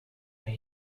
are